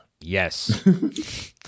Yes